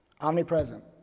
Omnipresent